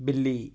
बिल्ली